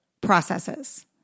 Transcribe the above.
processes